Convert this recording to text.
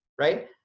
Right